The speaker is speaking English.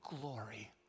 glory